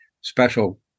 special